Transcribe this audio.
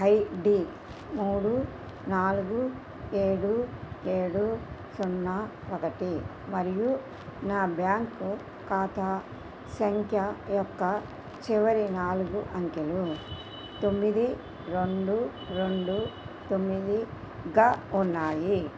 ID మూడు నాలుగు ఏడు ఏడు సున్నా ఒకటి మరియు నా బ్యాంకు ఖాతా సంఖ్య యొక్క చివరి నాలుగు అంకెలు తొమ్మిది రెండు రెండు తొమ్మిదిగా ఉన్నాయి